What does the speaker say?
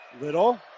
Little